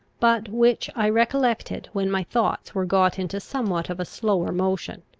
but which i recollected when my thoughts were got into somewhat of a slower motion.